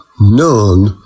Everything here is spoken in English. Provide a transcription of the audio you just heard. None